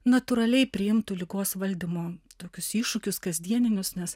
natūraliai priimtų ligos valdymo tokius iššūkius kasdieninius nes